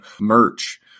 merch